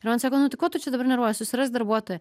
ir man sako nu tai ko tu čia dabar nervuojies susirask darbuotoją